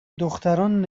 دختران